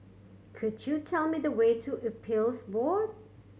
could you tell me the way to Appeals Board